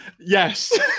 Yes